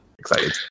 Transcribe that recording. excited